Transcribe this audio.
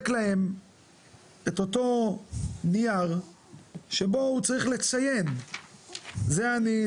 להם את אותו נייר שבו הוא צריך לציין זה אני,